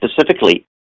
specifically